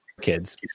kids